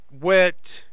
wet